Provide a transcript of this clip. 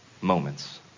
moments